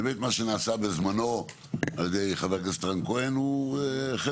באמת מה שנעשה בזמנו על ידי חבר הכנסת רן כהן הוא חלק